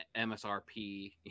MSRP